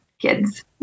kids